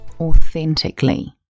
authentically